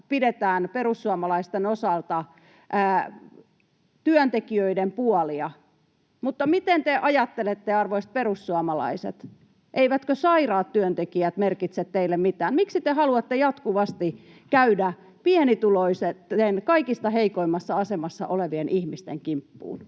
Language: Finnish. pidetään perussuomalaisten osalta työntekijöiden puolia, mutta miten te ajattelette, arvoisat perussuomalaiset, eivätkö sairaat työntekijät merkitse teille mitään? Miksi te haluatte jatkuvasti käydä pienituloisten, kaikista heikoimmassa asemassa olevien ihmisten kimppuun?